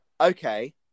Okay